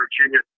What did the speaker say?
Virginia